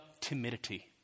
timidity